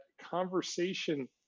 conversation